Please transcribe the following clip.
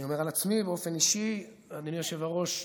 אני אומר על עצמי באופן אישי, אדוני היושב-ראש,